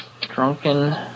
drunken